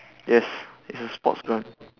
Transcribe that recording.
yes it's a sports grant